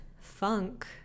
funk